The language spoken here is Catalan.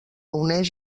uneix